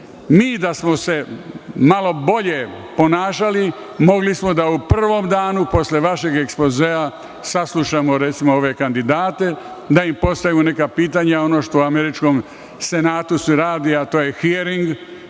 smo se malo bolje ponašali, mogli smo da u prvom danu posle vašeg ekspozea saslušamo, recimo, ove kandidate, da im postavimo neka pitanja, ono što se u Američkom senatu radi, a to je „hiering“,